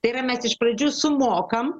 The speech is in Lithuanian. tai yra mes iš pradžių sumokam